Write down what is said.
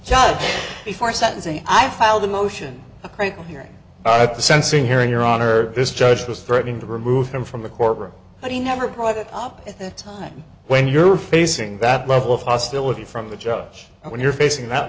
judge before sentencing i filed a motion right here at the sensing hearing your honor this judge was threatening to remove him from the courtroom but he never brought it up at that time when you're facing that level of hostility from the judge when you're facing that